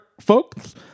folks